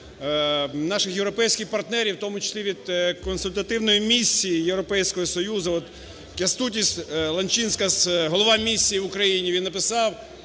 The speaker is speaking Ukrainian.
наших європейських партнерів, в тому числі від Консультативної місії Європейського Союзу, вот, Кястутіс Ланчінскас – голова місії в Україні, він написав